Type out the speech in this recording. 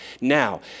Now